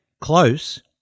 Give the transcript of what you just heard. Close